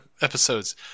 episodes